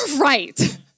Right